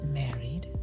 married